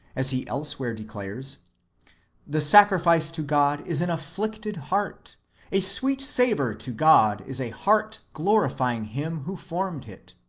as he elsewhere declares the sacrifice to god is an afflicted heart a sweet savour to god is a heart glorifying him who formed it.